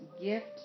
gift